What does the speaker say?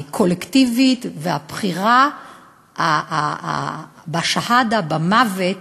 הקולקטיבית והבחירה בשהאדה, במוות,